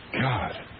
God